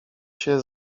się